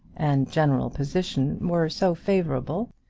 and general position were so favourable,